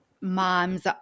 moms